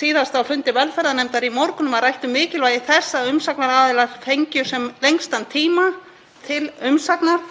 Síðast á fundi velferðarnefndar í morgun var rætt um mikilvægi þess að umsagnaraðilar fengju sem lengstan tíma til umsagnar.